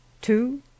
two